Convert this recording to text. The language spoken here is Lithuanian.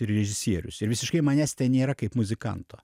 ir režisierius ir visiškai manęs nėra kaip muzikanto